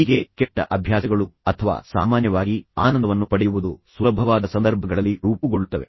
ಹೀಗೆ ಕೆಟ್ಟ ಅಭ್ಯಾಸಗಳು ಅಥವಾ ಸಾಮಾನ್ಯವಾಗಿ ಆನಂದವನ್ನು ಪಡೆಯುವುದು ಸುಲಭವಾದ ಸಂದರ್ಭಗಳಲ್ಲಿ ರೂಪುಗೊಳ್ಳುತ್ತವೆ